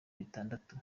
bitandatu